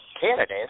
candidates